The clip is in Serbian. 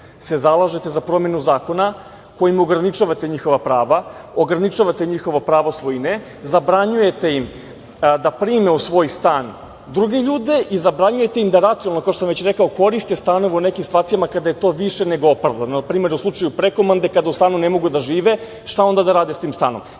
se zalažete za promenu zakona kojim ograničavate njihova prava, ograničavate njihovo pravo svojine, zabranjujete im da prime u svoj stan druge ljude i zabranjujete im da racionalno, kao što sam već rekao, koriste stanove u nekim situacijama kada je to više nego opravdano. Na primer, u slučaju prekomande, kada u stanu ne mogu da žive, šta onda da rade sa tim stanom?